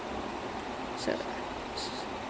mm that's true ya you're right that's true